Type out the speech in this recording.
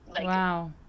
Wow